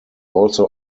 also